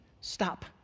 stop